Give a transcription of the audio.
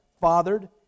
fathered